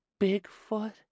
Bigfoot